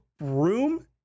room